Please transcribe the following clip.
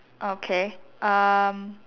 okay um